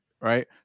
right